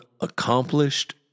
accomplished